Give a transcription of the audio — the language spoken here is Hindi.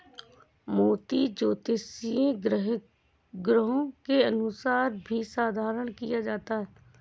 मोती ज्योतिषीय ग्रहों के अनुसार भी धारण किया जाता है